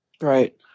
right